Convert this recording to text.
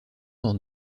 dans